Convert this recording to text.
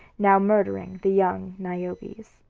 now murdering the young niobes.